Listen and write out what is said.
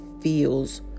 feels